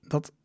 Dat